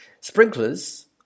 Sprinklers